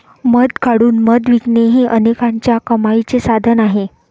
मध काढून मध विकणे हे अनेकांच्या कमाईचे साधन आहे